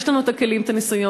יש לנו את הכלים, את הניסיון.